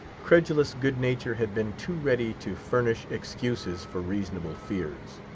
credulous good-nature had been too ready to furnish excuses for reasonable fears.